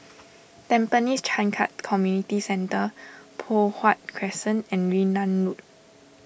Tampines Changkat Community Centre Poh Huat Crescent and Yunnan Road